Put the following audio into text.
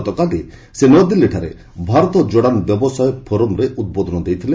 ଗତକାଲି ସେ ନୂଆଦିଲ୍ଲୀଠାରେ ଭାରତ ଜୋଡାନ ବ୍ୟବସାୟ ଫୋରମ୍ରେ ଉଦ୍ବୋଧନ ଦେଇଥିଲେ